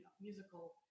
musical